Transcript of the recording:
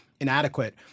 Inadequate